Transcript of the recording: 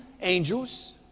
angels